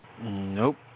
Nope